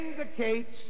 indicates